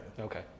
Okay